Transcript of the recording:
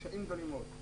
קשיים גדולים מאוד.